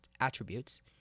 attributes